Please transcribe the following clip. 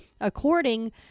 according